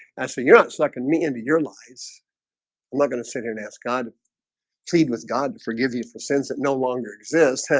that's what you're not sucking me into your lies i'm not gonna sit here and ask god plead with god to forgive you for sins that no longer exist.